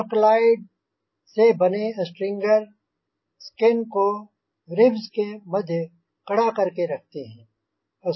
अलकलड से बने stringer skin को रिब्ज़ के मध्य कड़ा कर के रखते हैं